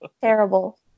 Terrible